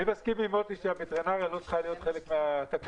אני מסכים עם מוטי שהווטרינריה לא צריכה להיות חלק מהתקנות האלה,